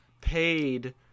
paid